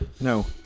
No